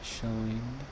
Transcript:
showing